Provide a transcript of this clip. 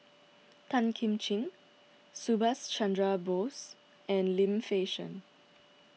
Tan Kim Ching Subhas Chandra Bose and Lim Fei Shen